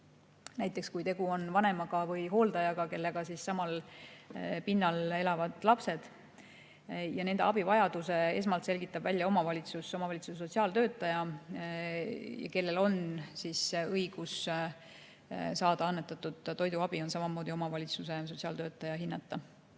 näiteks kui tegu on vanemaga või hooldajaga, kellega samal pinnal elavad lapsed. Nende abivajaduse selgitab esmalt välja omavalitsus, omavalitsuse sotsiaaltöötaja. See, kellel on õigus saada annetatud toiduabi, on samamoodi omavalitsuse sotsiaaltöötaja hinnata.